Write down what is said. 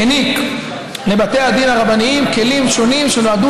העניק לבתי הדין הרבניים כלים שונים שנועדו